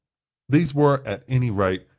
these were, at any rate,